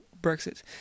Brexit